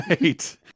right